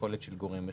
כיכולת של גורם אחד,